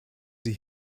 sie